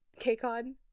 KCON